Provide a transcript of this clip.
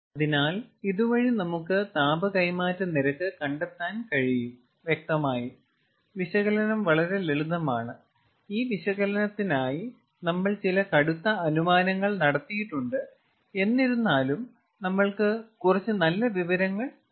അതിനാൽ ഇതുവഴി നമുക്ക് താപ കൈമാറ്റ നിരക്ക് കണ്ടെത്താൻ കഴിയും വ്യക്തമായും വിശകലനം വളരെ ലളിതമാണ് ഈ വിശകലനത്തിനായി നമ്മൾ ചില കടുത്ത അനുമാനങ്ങൾ നടത്തിയിട്ടുണ്ട് എന്നിരുന്നാലും നമ്മൾക്ക് കുറച്ച് നല്ല വിവരങ്ങൾ കിട്ടി